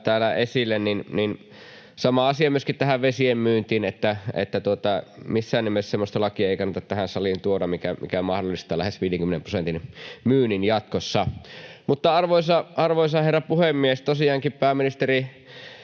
täällä esille, niin sama asia liittyy myöskin tähän vesien myyntiin: missään nimessä ei semmoista lakia kannata tähän saliin tuoda, mikä mahdollistaa lähes 50 prosentin myynnin jatkossa. Arvoisa herra puhemies! Tosiaankin pääministeri